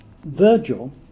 Virgil